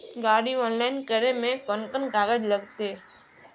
गाड़ी ऑनलाइन करे में कौन कौन कागज लगते?